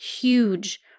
huge